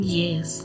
yes